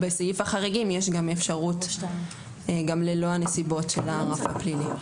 בסעיף החריגים יש אפשרות גם ללא הנסיבות של הרף הפלילי.